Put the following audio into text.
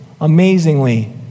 amazingly